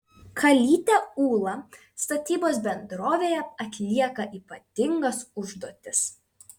kalytė ūla statybos bendrovėje atlieka ypatingas užduotis